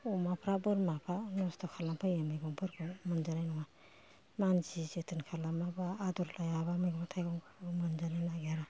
अमाफ्रा बोरमाफ्रा नसथ' खालामफैयो मैगंफोरखौ मोनजानाय नङा मानसि जोथोन खालामाबा आदर लायाबा मैगं थाइगंखौबो मोनजानो नागिरा